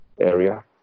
area